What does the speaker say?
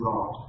God